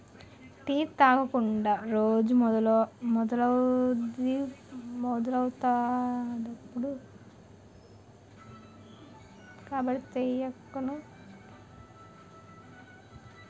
tea తాగకుండా రోజే మొదలవదిప్పుడు కాబట్టి తేయాకును పెంచుదాం